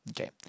Okay